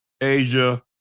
Asia